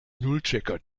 nullchecker